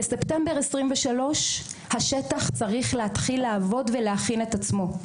בספטמבר 2023 השטח צריך להתחיל לעבוד ולהכין את עצמו,